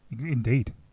indeed